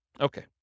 Okay